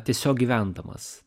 tiesiog gyvendamas